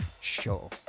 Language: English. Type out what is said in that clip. sure